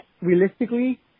realistically